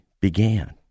began